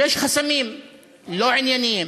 שיש חסמים לא ענייניים.